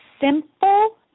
simple